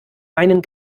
meinen